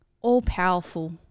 all-powerful